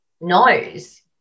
knows